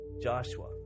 Joshua